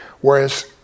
whereas